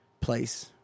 place